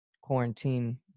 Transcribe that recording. quarantine